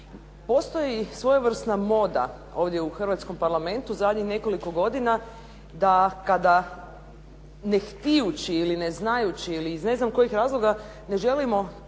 Postoji i svojevrsna moda ovdje u hrvatskom Parlamentu zadnjih nekoliko godina da kada ne htijući ili ne znajući ili iz ne znam kojih razloga ne želimo